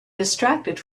distracted